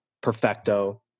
perfecto